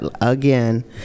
again